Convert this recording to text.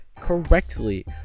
correctly